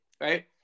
right